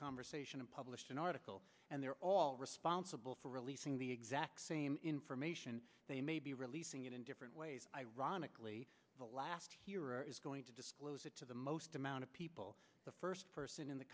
conversation and published an article and they're all responsible for releasing the exact same information they may be releasing it in different ways ironically the last hero is going to disclose it to the most amount of people the first person in the